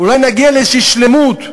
אולי נגיע לאיזו שלמות,